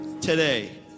today